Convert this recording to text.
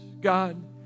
God